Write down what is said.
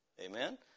Amen